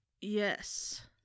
yes